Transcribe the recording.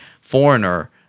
foreigner